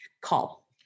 Call